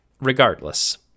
regardless